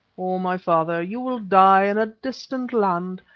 o, my father, you will die in a distant land,